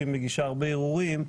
שהיא מגישה הרבה ערעורים,